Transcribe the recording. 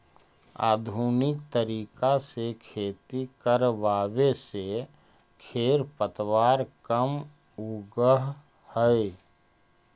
आधुनिक तरीका से खेती करवावे से खेर पतवार कम उगह हई